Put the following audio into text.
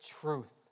truth